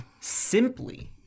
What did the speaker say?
simply